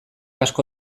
asko